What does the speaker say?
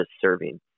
serving